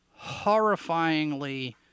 horrifyingly